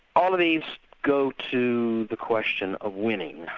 all of these go to the question of winning,